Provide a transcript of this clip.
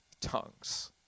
tongues